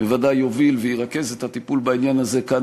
בוודאי יוביל וירכז את הטיפול בעניין הזה כאן,